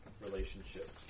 relationship